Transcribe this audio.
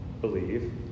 believe